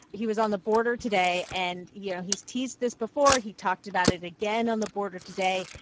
he was on the border today. and, you know, he's teased this before. he talked about it again on the border today.